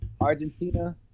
argentina